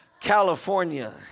California